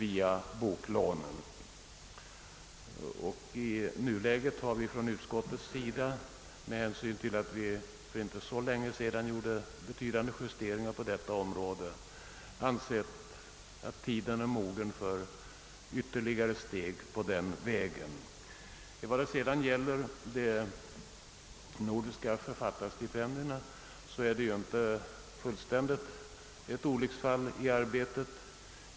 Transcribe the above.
Inom utskottsmajoriteten har vi i nuläget, med hänsyn till att vi för inte så länge sedan gjorde betydande justeringar på detta område, inte ansett att tiden är mogen för ytterligare steg på vägen. Vad sedan gäller de nordiska författarstipendierna, så är det ju inte fråga om något egentligt olycksfall i arbetet.